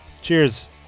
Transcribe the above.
Cheers